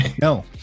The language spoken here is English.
No